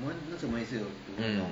mm